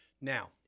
Now